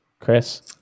Chris